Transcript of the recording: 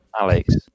Alex